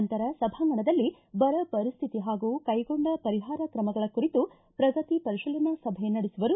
ನಂತರ ಸಭಾಂಗಣದಲ್ಲಿ ಬರ ಪರಿಸ್ಟಿತಿ ಹಾಗೂ ಕೈಗೊಂಡ ಪರಿಹಾರ ಕ್ರಮಗಳ ಕುರಿತು ಪ್ರಗತಿ ಪರಿಶೀಲನಾ ಸಭೆ ನಡೆಸುವರು